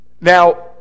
Now